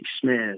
Smith